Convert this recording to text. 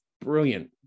brilliant